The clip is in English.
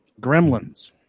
Gremlins